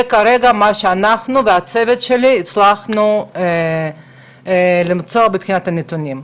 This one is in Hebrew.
זה כרגע מה שאנחנו והצוות שלי הצלחנו למצוא מבחינת הנתונים.